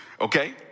Okay